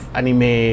anime